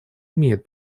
имеет